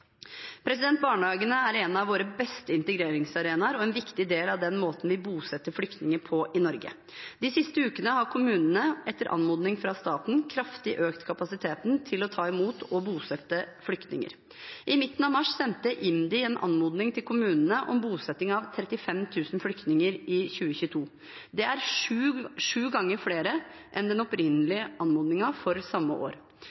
er i Norge. Barnehagen er en av våre beste integreringsarenaer og er en viktig del av den måten vi bosetter flyktninger på i Norge. De siste ukene har kommunene, etter anmodning fra staten, økt kapasiteten kraftig til å ta imot og bosette flyktninger. I midten av mars sendte IMDi en anmodning til kommunene om bosetting av 35 000 flyktninger i 2022. Det er sju ganger flere enn den opprinnelige anmodningen for samme år.